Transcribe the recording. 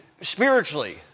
spiritually